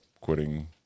quitting